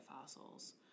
fossils